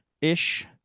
ish